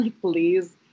please